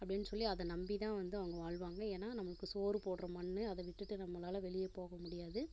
அப்படின்னு சொல்லி அதை நம்பிதான் வந்து அவங்க வாழ்வாங்க ஏன்னா நமக்கு சோறு போடுற மண் அதை விட்டுட்டு நம்மளால் வெளியே போக முடியாது